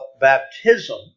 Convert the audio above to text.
baptism